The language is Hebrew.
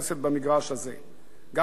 גם עליהם יש לתת את הדעת.